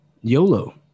yolo